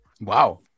Wow